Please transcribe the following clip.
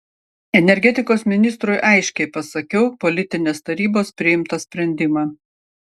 energetikos ministrui aiškiai pasakiau politinės tarybos priimtą sprendimą